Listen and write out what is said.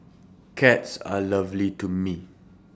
cats are lovely to me